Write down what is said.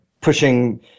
pushing